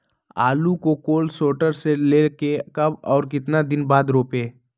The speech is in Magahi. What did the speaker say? आलु को कोल शटोर से ले के कब और कितना दिन बाद रोपे?